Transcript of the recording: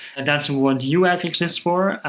and that's what uaag exist for,